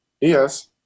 Yes